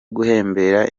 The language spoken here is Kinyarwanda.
guhembera